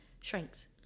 shrinks